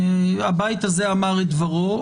הבית הזה אמר את דברו,